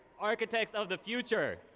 architects of the future,